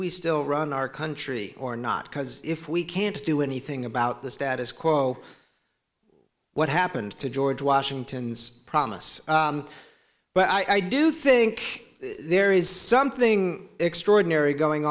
we still run our country or not because if we can't do anything about the status quo what happened to george washington's promise but i do think there is something extraordinary going